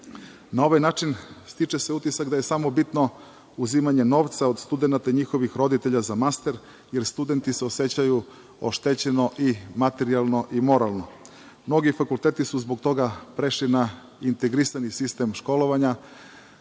ovaj način stiče se utisak da je samo bitno uzimanje novca od studenata i njihovih roditelja za master, jer studenti se osećaju oštećeno i materijalno i moralno. Mnogi fakulteti su zbog toga prešli na integrisani sistem školovanja,